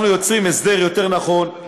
אנחנו יוצרים הסדר יותר נכון,